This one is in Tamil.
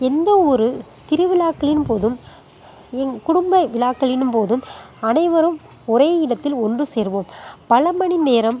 எந்தவொரு திருவிழாக்களின் போதும் என் குடும்ப விழாக்களின் போதும் அனைவரும் ஒரே இடத்தில் ஒன்று சேர்வோம் பல மணிநேரம்